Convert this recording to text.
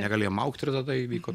negalėjom augti ir tada įvyko